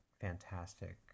fantastic